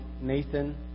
Nathan